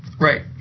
Right